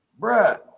Bruh